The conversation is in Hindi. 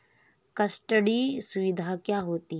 कस्टडी सुविधा क्या होती है?